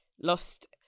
Lost